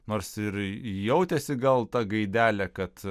nors ir jautėsi gal ta gaidelė kad